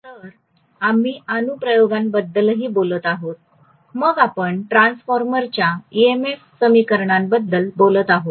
तर आम्ही अनुप्रयोगांबद्दलही बोलत आहोत मग आपण ट्रान्सफॉर्मरच्या ईएमएफ समीकरणांबद्दल बोलत आहोत